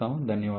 ధన్యవాదాలు